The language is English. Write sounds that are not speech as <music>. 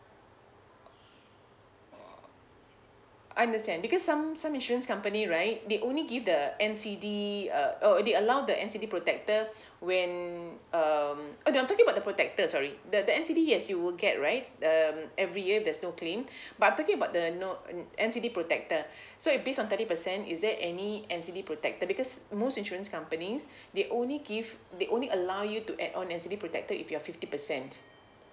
<noise> understand because some some insurance company right they only give the N_C_D uh oh they allow the N_C_D protector when um uh no I'm talking about the protector sorry the the N_C_D yes you will get right um every year there's no claim <breath> but I'm talking about the no N N_C_D protector <breath> so if based on thirty percent is there any N_C_D protector because most insurance companies they only give they only allow you to add on N_C_D protector if you're fifty percent